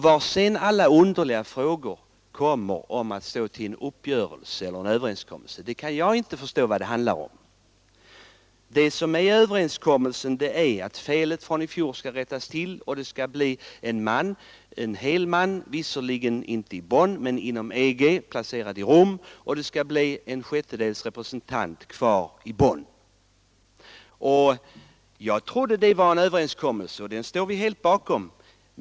Vad sedan alla underliga frågor om att hålla en överenskommelse handlar om kan jag inte förstå. Överenskommelsen är att felet från i fjol skall rättas till. Det skall bli en heltidstjänst, visserligen inte i Bonn men inom EG, placerad i Rom, och en sjättedels tjänst i Bonn. Jag trodde det var en överenskommelse som alla stod bakom.